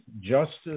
justice